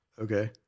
Okay